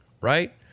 right